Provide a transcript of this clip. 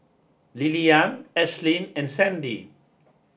Lilyan Ashlynn and Sandie